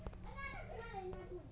Passbook update হচ্ছেনা কি করবো?